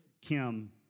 Kim